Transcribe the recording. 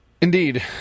Indeed